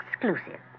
exclusive